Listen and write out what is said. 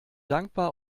dankbar